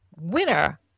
winner